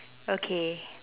okay